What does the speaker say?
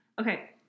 Okay